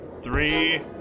three